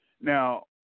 Now